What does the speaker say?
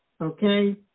Okay